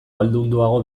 ahaldunduago